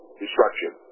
destruction